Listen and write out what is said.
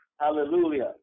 hallelujah